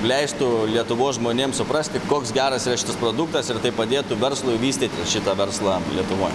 leistų lietuvos žmonėm suprasti koks geras yra šitas produktas ir tai padėtų verslui vystyti šitą verslą lietuvoj